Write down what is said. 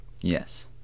yes